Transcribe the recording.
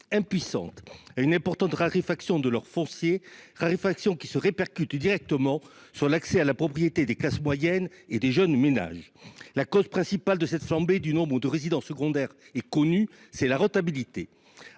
impuissantes, à une importante raréfaction de leur foncier, qui se répercute directement sur l’accès à la propriété des classes moyennes et des jeunes ménages. La cause principale de cette flambée du nombre de résidences secondaires est connue : la rentabilité.